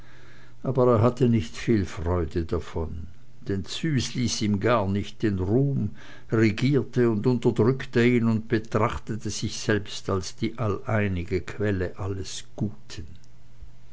aber er hatte nicht viel freude davon denn züs ließ ihm gar nicht den ruhm regierte und unterdrückte ihn und betrachtete sich selbst als die alleinige quelle alles guten